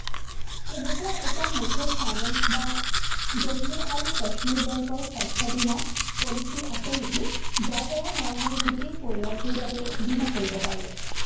এনেকুৱা এটা মুথুত ফাইনেন্স বা জম্মু আৰু কাশ্মীৰ বেংকৰ স্বাস্থ্য বীমা পলিচি আছে নেকি যাৰ দ্বাৰা মই মোৰ গোটেই পৰিয়ালটোৰ বাবে বীমা কৰিব পাৰোঁ